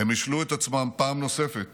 הם השלו את עצמם פעם נוספת